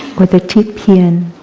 or the tiep hien